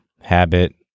habit